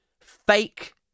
fake